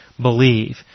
believe